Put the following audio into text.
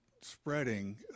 spreading